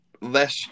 less